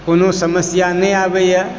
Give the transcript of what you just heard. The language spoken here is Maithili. कोनो समस्या नहि आबै यऽ